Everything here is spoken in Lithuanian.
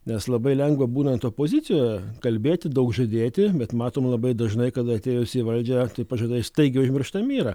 nes labai lengva būnant opozicijoje kalbėti daug žadėti bet matom labai dažnai kad atėjus į valdžią tai pažadai staigiai užmirštami yra